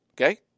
okay